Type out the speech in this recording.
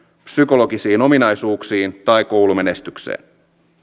psykologisiin ominaisuuksiin tai koulumenestykseen